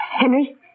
Henry